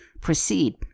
proceed